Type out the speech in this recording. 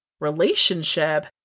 relationship